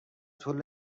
طول